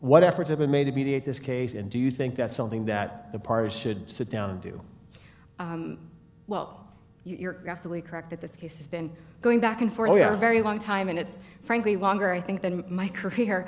what efforts have been made to date this case and do you think that's something that the parties should sit down and do well you're absolutely correct that this case has been going back and forth here very long time and it's frankly wonder i think that in my career